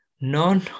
None